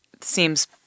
Seems